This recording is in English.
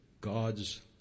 God's